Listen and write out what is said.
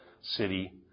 city